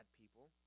people